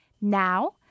Now